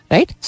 Right